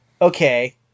okay